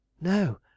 No